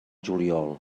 juliol